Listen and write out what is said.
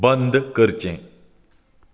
बंद करचें